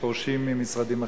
שפורשים ממשרדים אחרים,